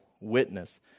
witness